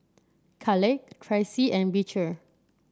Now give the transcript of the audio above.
Kaleigh Tracy and Beecher